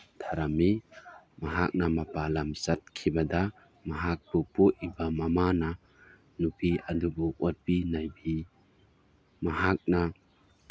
ꯊꯝꯂꯝꯃꯤ ꯃꯍꯥꯛꯅ ꯃꯄꯥꯜ ꯂꯝ ꯆꯠꯈꯤꯕꯗ ꯃꯍꯥꯛꯄꯨ ꯄꯣꯛꯏꯕ ꯃꯃꯥꯅ ꯅꯨꯄꯤ ꯑꯗꯨꯕꯨ ꯑꯣꯠꯄꯤ ꯅꯩꯕꯤ ꯃꯍꯥꯛꯅ